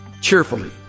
Cheerfully